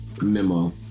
memo